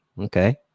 Okay